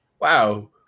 Wow